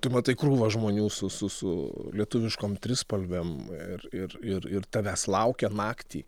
tu matai krūvą žmonių su su su lietuviškom trispalvėm ir ir ir ir tavęs laukia naktį